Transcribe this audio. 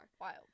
wild